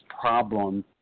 problem